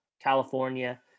California